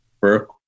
Burke